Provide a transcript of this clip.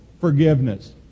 forgiveness